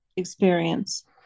experience